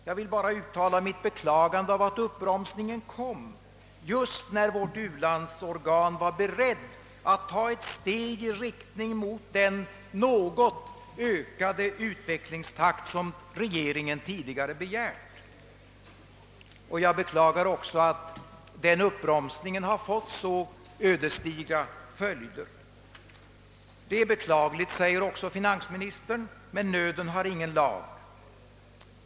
Jag vill bara beklaga att uppbromsningen kom just när vårt u-landsorgan var berett att ta ett nytt steg i riktning mot den något ökade utvecklingstakt som också regeringen tidigare begärt och att uppbromsningen fått så ödesdigra följder. Detta är beklagligt, säger också finansministern, men nöden har ingen lag.